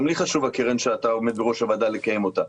גם לי חשובה הקרן שאתה עומד בראש הוועדה לקיים אותה.